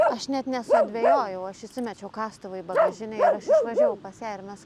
aš net nesudvejojau aš įsimečiau kastuvą į bagažinę ir aš išvažiavau pas ją ir mes